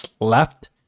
left